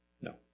No